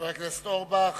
חבר הכנסת אורבך,